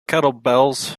kettlebells